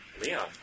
Leon